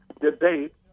debate